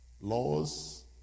laws